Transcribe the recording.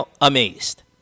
amazed